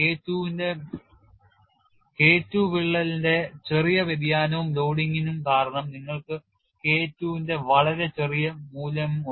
K II വിള്ളലിന്റെ ചെറിയ വ്യതിയാനവും ലോഡിംഗും കാരണം നിങ്ങൾക്ക് K II ന്റെ വളരെ ചെറിയ മൂല്യമുണ്ട്